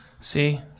See